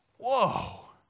Whoa